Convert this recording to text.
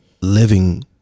living